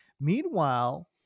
Meanwhile